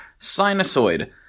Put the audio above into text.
Sinusoid